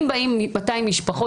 אם באות 200 משפחות,